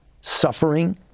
suffering